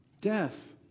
Death